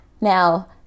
now